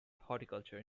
horticulture